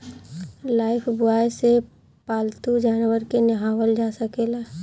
Lifebuoy से पाल्तू जानवर के नेहावल जा सकेला